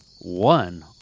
One